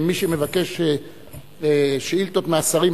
מי שמבקש שאילתות מהשרים,